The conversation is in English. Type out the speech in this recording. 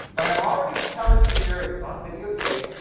but i'm already telling you here, and it's on videotape,